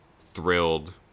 thrilled